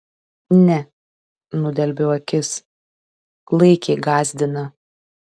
ne nudelbiau akis klaikiai gąsdina